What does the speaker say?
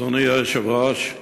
אדוני היושב-ראש,